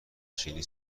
چینی